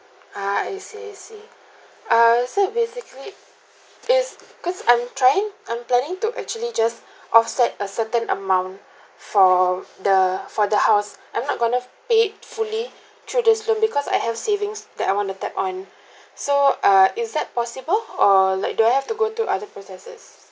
ah I see I see uh so basically is because I'm trying I'm planning to actually just offset a certain amount for the for the house I'm not going to pay fully through this loan because I have savings that I want to tap on so uh is that possible or like do I have to go through other processes